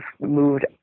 moved